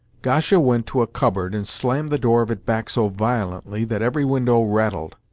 gasha went to a cupboard and slammed the door of it back so violently that every window rattled.